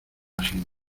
ajena